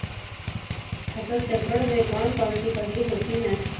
फसल चक्रण में कौन कौन सी फसलें होती हैं?